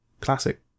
Classic